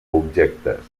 objectes